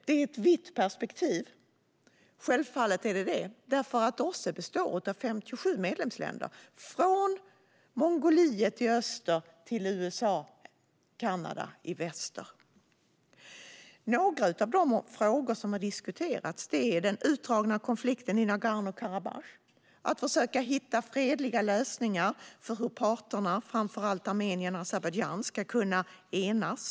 Det är självfallet ett vitt perspektiv - OSSE består av 57 medlemsländer, från Mongoliet i öster till USA och Kanada i väster. En av de frågor som har diskuterats är den utdragna konflikten i Nagorno-Karabach och hur man ska kunna hitta fredliga lösningar för hur parterna - framför allt Armenien och Azerbajdzjan - ska kunna enas.